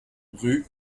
rue